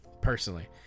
personally